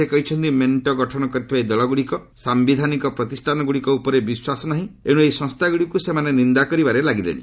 ସେ କହିଛନ୍ତି ମେଣ୍ଟଗଠନ କରିଥିବା ଏହି ଦଳଗୁଡ଼ିକର ସାୟିଧାନିକ ପ୍ରତିଷ୍ଠାନଗୁଡ଼ିକ ଉପରେ ବିଶ୍ୱାସ ନାହିଁ ଏଣୁ ଏହି ସଂସ୍ଥାଗୁଡିକ ସେମାନେ ନିନ୍ଦା କରିବାରେ ଲାଗିଲେଣି